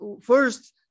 first